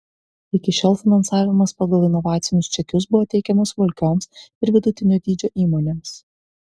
iki šiol finansavimas pagal inovacinius čekius buvo teikiamas smulkioms ir vidutinio dydžio įmonėms